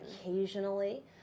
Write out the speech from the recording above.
Occasionally